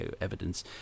evidence